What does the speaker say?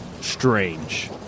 strange